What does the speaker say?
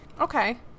Okay